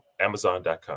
Amazon.com